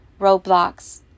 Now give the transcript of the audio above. roadblocks